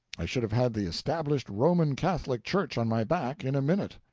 i should have had the established roman catholic church on my back in a minute.